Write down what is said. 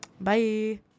bye